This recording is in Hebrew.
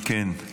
אם כן,